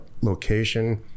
location